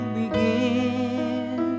begin